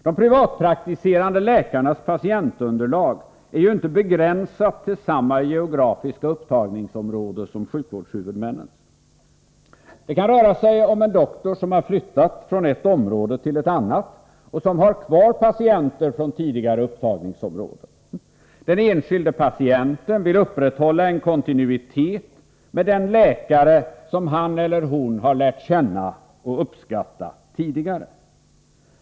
De privatpraktiserande läkarnas patientunderlag är ju inte begränsat till samma geografiska upptagningsområde som sjukvårdshuvudmännens. Det kan röra sig om en doktor som har flyttat från ett område till ett annat och som har kvar patienter från tidigare upptagningsområde. Den enskilde patienten vill upprätthålla en kontinuitet med den läkare som hon eller han har lärt känna och uppskattat tidigare.